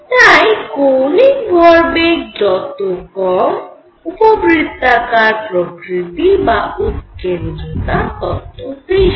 তাই কৌণিক ভরবেগ যত কম উপবৃত্তাকার প্রকৃতি বা উৎকেন্দ্রতা তত বেশী